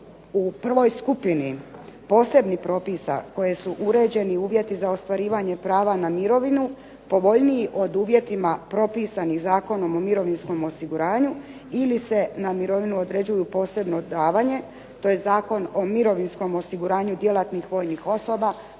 u prvoj skupini posebnih propisa koje su uređeni uvjeti za ostvarivanje prava na mirovinu, povoljniji od uvjetima propisanih Zakonom o mirovinskom osiguranju ili se na mirovinu određuju posebno davanje, to je Zakon o mirovinskom osiguranju djelatnih vojnih osoba,